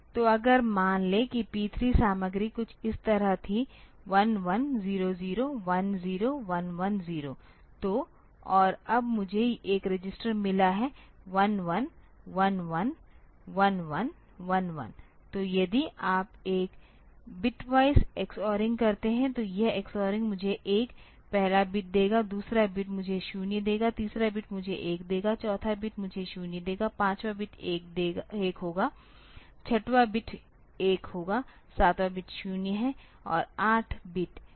तो अगर मान लें कि P3 सामग्री कुछ इस तरह थी 1 1 0 0 1 0 1 1 0 तो और अब मुझे एक रजिस्टर मिला है 1 1 1 1 1 1 1 1 तो यदि आप एक बिटवाइस x oring करते हैं तो यह x oring मुझे 1 पहला बिट देगा दूसरा बिट मुझे 0 देगा तीसरा बिट मुझे 1 देगा चौथा बिट मुझे 0 देगा पांचवा बिट 1 होगा छठा बिट 1 होगा सातवां बिट 0 है और आठ बिट्स भी 0 है